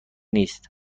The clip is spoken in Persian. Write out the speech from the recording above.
نیست